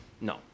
No